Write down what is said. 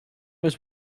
was